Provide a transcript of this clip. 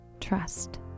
trust